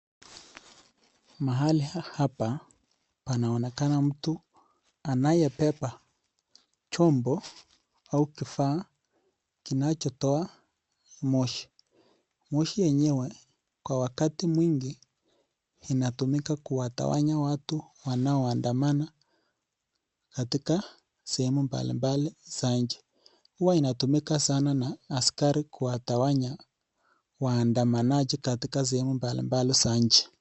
Mahali hapa panaonekana mtu anayebeba chombo au kifaa kinachotoa moshi. Moshi yenyewe kwa wakati mwingi inatumika kuwatawanya watu wanaoandamana katika sehemu mbalimbali za nchi, huwa inatumika sana na askari kuwatawanya waandamanaji katika sehemu mbalimbali za nchi.